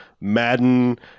Madden